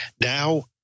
Now